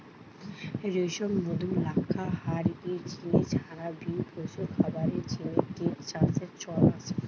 রেশম, মধু, লাক্ষা হারির জিনে ছাড়া বি পশুর খাবারের জিনে কিট চাষের চল আছে